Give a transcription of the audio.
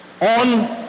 on